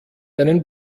einen